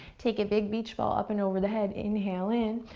take a big beach ball up and over the head, inhale in,